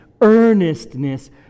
earnestness